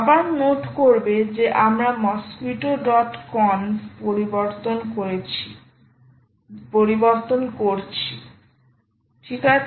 আবার নোট করবে যে আমরা মসকুইটোকনফ mosquittoconf পরিবর্তন করছি ঠিক আছে